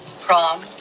prom